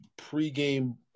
pregame